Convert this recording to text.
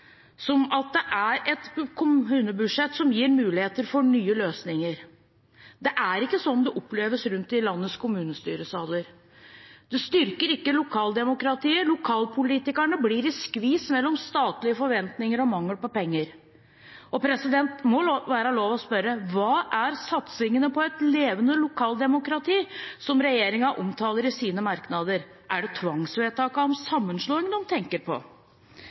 som at det er et kommunebudsjett som gir muligheter for nye løsninger. Det er ikke sånn det oppleves rundt om i landets kommunestyresaler. Det styrker ikke lokaldemokratiet. Lokalpolitikerne kommer i skvis mellom statlige forventninger og mangel på penger. Det må være lov å spørre: Hva er satsingen på et levende lokaldemokrati, som regjeringspartiene omtaler i merknadene sine? Er det tvangsvedtakene om sammenslåing de tenker på?